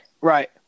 Right